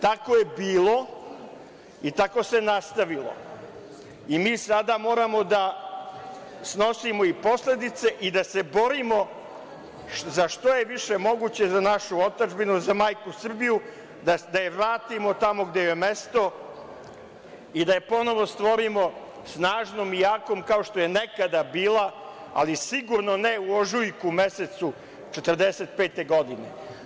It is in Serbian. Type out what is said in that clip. Tako je bilo i tako se nastavilo i mi sada moramo da snosimo i posledice i da se borimo što je više moguće za našu otadžbinu, za majku Srbiju, da je vratimo tamo gde joj je mesto i da je ponovo stvorimo snažnom i jakom kao što je nekada bila, ali sigurno ne u ožujku mesecu 1945. godine.